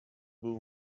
był